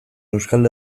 euskal